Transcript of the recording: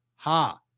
Ha